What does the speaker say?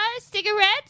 cigarettes